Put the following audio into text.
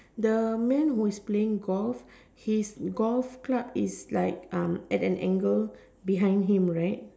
the men who is playing golf his golf club is like um at an angle behind him right